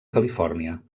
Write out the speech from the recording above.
califòrnia